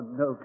no